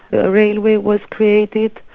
a railway was created,